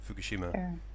Fukushima